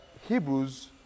Hebrews